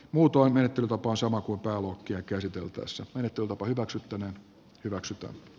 muutoin menettelytapansa makupääluokkia käsiteltäessä annettu lupa maksettuna hyväksyä